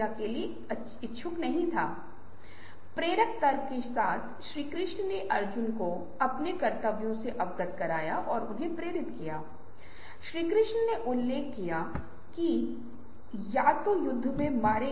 पहले समस्या को मौखिक रूप से प्रस्तुत किया जाता है जैसे कि समस्या को बयान करना और सवाल को प्रस्तुत करना कि ओवरटाइम को कैसे कम और विनियमित किया जा सकता है